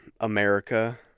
America